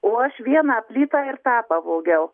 o aš vieną plytą ir tą pavogiau